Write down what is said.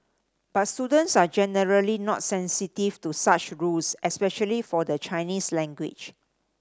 but students are generally not sensitive to such rules especially for the Chinese language